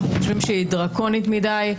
אנחנו חושבים שהיא דרקונית מדי.